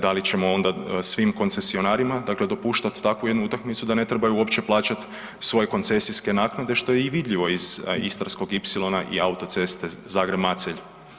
Da li ćemo onda svim koncesionarima dopuštat takvu jednu utakmicu da ne trebaju uopće plaćati svoje koncesijske naknade što je i vidljivo iz Istarskog ipsilona i autoceste Zagreb-Macelj.